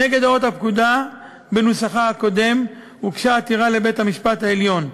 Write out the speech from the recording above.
נגד הוראות הפקודה בנוסחה הקודם הוגשה עתירה לבית-המשפט העליון.